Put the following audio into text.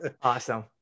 Awesome